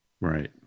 Right